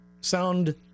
sound